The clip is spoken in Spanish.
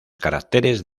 caracteres